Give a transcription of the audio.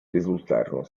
risultarono